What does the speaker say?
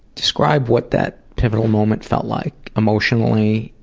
describe what that pivotal moment felt like, emotionally,